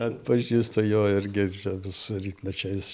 atpažįstu jo ir girdžiu vis rytmečiais